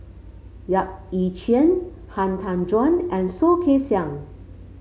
Yap Ee Chian Han Tan Juan and Soh Kay Siang